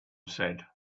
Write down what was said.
said